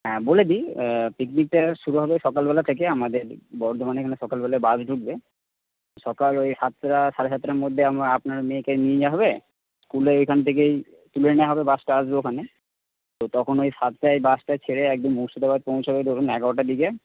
হ্যাঁ বলে দিই পিকনিকটা শুরু হবে সকালবেলা থেকে আমাদের বর্ধমানে এখানে সকালবেলায় বাস ঢুকবে সকাল ঐ সাতটা সাড়ে সাতটার মধ্যে আমরা আপনার মেয়েকে নিয়ে নেওয়া হবে স্কুলে এখান থেকেই তুলে নেওয়া হবে বাসটা আসবে ওখানে তো তখন ওই সাতটায় বাসটা ছেড়ে একদম মুর্শিদাবাদ পৌঁছাবে ধরুন এগারোটার দিকে